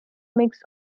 mix